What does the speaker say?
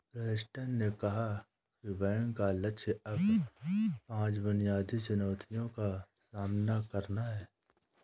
Preston ने कहा कि बैंक का लक्ष्य अब पांच बुनियादी चुनौतियों का सामना करना है